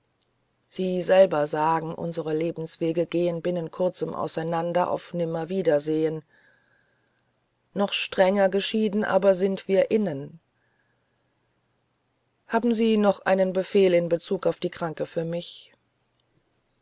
sie selber sagen unsere lebenswege gehen binnen kurzem auseinander auf nimmerwiedersehen noch strenger geschieden aber sind wir innen haben sie noch einen befehl in bezug auf die kranke für mich